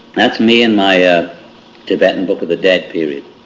that's me and my ah tibetan book of the dead period.